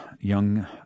young